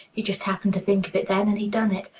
he just happened to think of it then, and he done it.